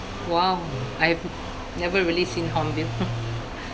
!wow! I've never really seen hornbill